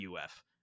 UF